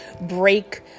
break